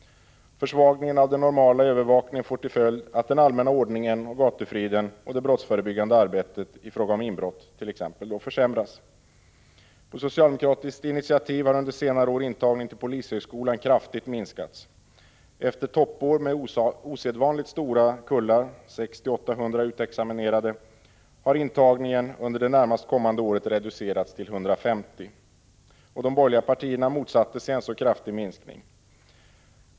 Försvagningen av den normala övervakningen får till följd att den allmänna ordningen, gatufriden och det brottsförebyggande arbetet i fråga om inbrott försämras. På socialdemokratiskt initiativ har under senare år intagningen till polishögskolan kraftigt minskats. Efter toppår med osedvanligt stora kullar — 600-800 utexaminerade — har intagningen under det närmast kommande året reducerats till 150. De borgerliga partierna har motsatt sig en så kraftig minskning.